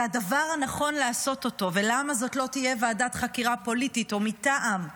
הדבר הנכון לעשות ולמה זאת לא תהיה ועדת חקירה פוליטית או מטעם,